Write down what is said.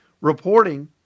reporting